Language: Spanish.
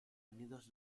unidos